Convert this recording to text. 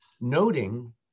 noting